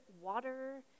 water